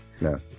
no